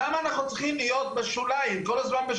למה אנחנו צריכים להיות בשוליים כל הזמן?